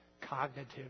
cognitive